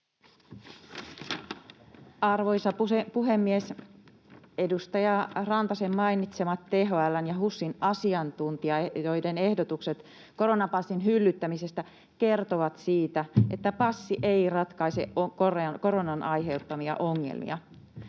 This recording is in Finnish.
Arvoisa puhemies! Edustaja Rantasen mainitsemien THL:n ja HUSin asiantuntijoiden ehdotukset koronapassin hyllyttämisestä kertovat siitä, että passi ei ratkaise koronan aiheuttamia ongelmia.